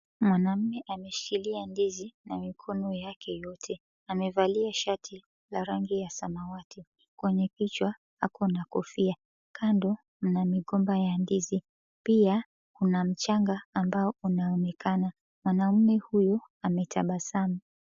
Mwanamume ameshikilia ndizi na mikononi yake yote. Amevalia shati la rangi ya samawati kwenye kichwa ako na kofia. Kando mna migomba ya ndizi, pia kuna mchanga ambao unaonekana. Mwanamume huyu ametabasamu.